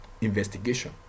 investigation